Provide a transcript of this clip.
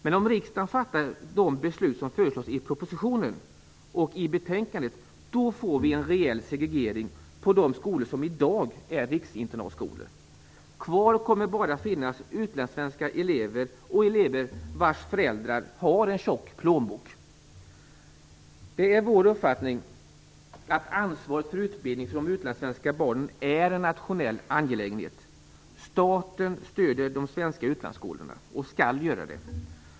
Men om riksdagen fattar de beslut som föreslås i propositionen och i betänkandet får vi en rejäl segregering på de skolor som i dag är riksinternatskolor. Kvar kommer bara att bli utlandssvenska elever och elever vars föräldrar har en tjock plånbok. Det är vår uppfattning att ansvaret för utbildning för de utlandssvenska barnen är en nationell angelägenhet. Staten stöder de svenska utlandsskolorna, och skall göra det.